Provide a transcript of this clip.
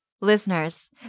Listeners